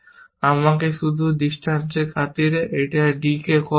আমাকে শুধু দৃষ্টান্তের খাতিরে এই d কে কল করুন